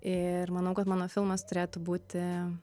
ir manau kad mano filmas turėtų būti